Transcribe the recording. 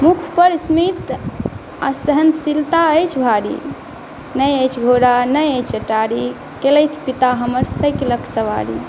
मुखपर स्मित आ सहनशीलता अछि भारी नहि अछि घोड़ा नहि अछि अटारी केलथि पिता हमर साइकिलक सवारी